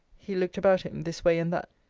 he looked about him this way and that.